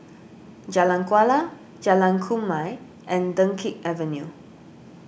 Jalan Kuala Jalan Kumia and Dunkirk Avenue